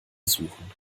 suchen